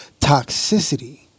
toxicity